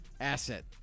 asset